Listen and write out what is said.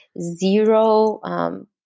zero